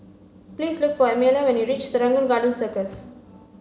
please look for Amelia when you reach Serangoon Garden Circus